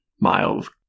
Miles